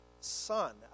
son